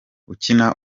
ukina